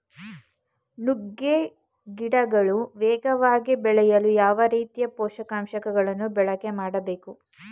ನುಗ್ಗೆ ಗಿಡಗಳು ವೇಗವಾಗಿ ಬೆಳೆಯಲು ಯಾವ ರೀತಿಯ ಪೋಷಕಾಂಶಗಳನ್ನು ಬಳಕೆ ಮಾಡಬೇಕು?